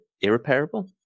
irreparable